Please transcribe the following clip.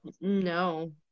No